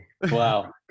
wow